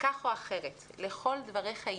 כך או אחרת לכל דבריך הדהוד,